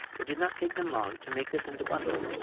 it did not take them long to make this into bundles,